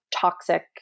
toxic